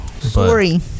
Sorry